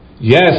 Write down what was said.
Yes